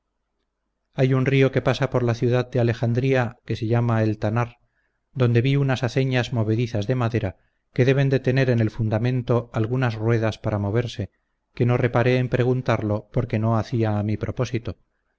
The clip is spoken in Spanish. hay un río que pasa por la ciudad de alejandría que se llama eltanar donde vi unas aceñas movedizas de madera que deben de tener en el fundamento algunas ruedas para moverse que no reparé en preguntarlo porque no hacia a mi proposito